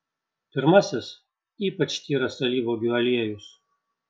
pirmasis ypač tyras alyvuogių aliejus